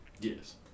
Yes